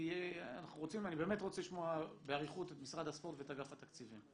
כי אני באמת רוצה לשמוע באריכות את משרד הספורט ואת אגף התקציבים.